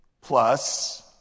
plus